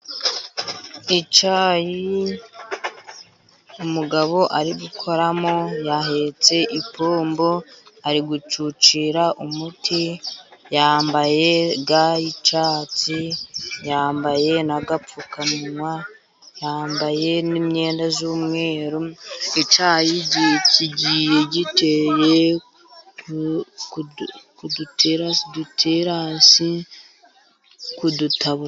icyayi umugabo ari gukoramo, yahetse ipombo, ari gucucira umuti, yambaye ga y'icyatsi, yambaye n'agapfukamunwa, yambaye n'imyenda y'umweru, icyayi kigiye giteye ku duterasi uduterasi, Ku dutabo.